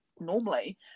normally